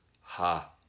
ha